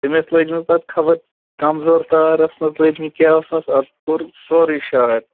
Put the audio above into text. تٔمۍ ٲسۍ لٲجِمٕژ تَتھ خبر کمزور تار ٲسنَس لٲجِمٕژ کیٛاہ ٲسنَس اَتھ گوٚو سورٕے شاٹ